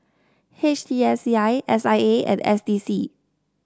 H T S C I S I A and S D C